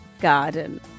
Garden